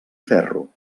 ferro